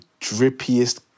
drippiest